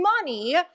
money